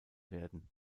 werden